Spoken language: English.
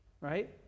Right